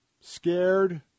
scared